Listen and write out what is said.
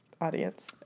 audience